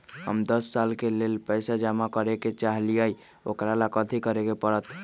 हम दस साल के लेल पैसा जमा करे के चाहईले, ओकरा ला कथि करे के परत?